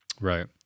Right